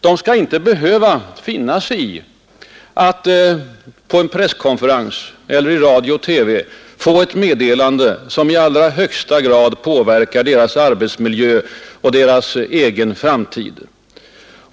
De skall inte behöva finna sig i att på en presskonferens eller i radio—-TV få ett meddelande om åtgärder som i allra högsta grad påverkar deras arbetsmiljö och deras framtid.